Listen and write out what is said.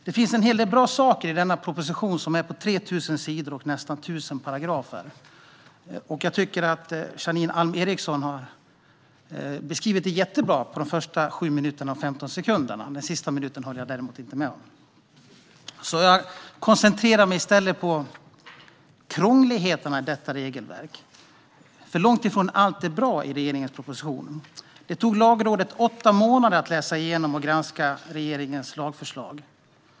Det finns en del bra saker i denna proposition på 3 000 sidor och nästan 1 000 paragrafer. Jag tycker att Janine Alm Ericson beskrev den jättebra under sina första sju minuter och femton sekunder, men jag håller däremot inte med om den sista minuten. Jag koncentrerar mig i stället på krångligheterna i regelverket, för långt ifrån allt är bra i regeringens proposition. Det tog Lagrådet åtta månader att läsa igenom och granska regeringens lagförslag.